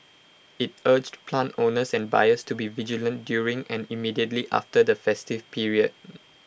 IT urged plant owners and buyers to be vigilant during and immediately after the festive period